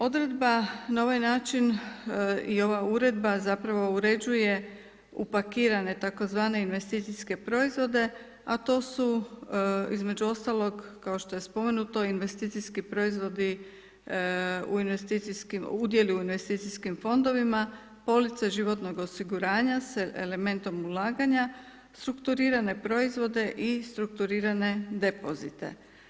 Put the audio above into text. Odredba na ovaj način i ova uredba zapravo određuje upakirane tzv. investicijske proizvode a to su između ostalog kao što je spomenuto investicijski proizvodi u investicijskim, udjeli u investicijskim fondovima, police životnog osiguranja s elementom ulaganja, strukturirane proizvode i strukturirane depozite.